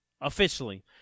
Officially